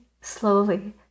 slowly